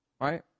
Right